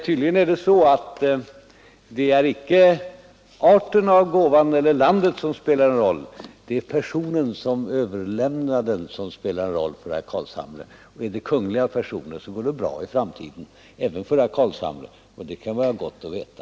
Tydligen är det icke arten av gåvan eller mottagarlandet som spelar en roll för herr Carlshamre, utan det är personen som överlämnar gåvan. Är det en kunglig person går det bra i framtiden även för herr Carlshamre, och det kan vara gott att veta.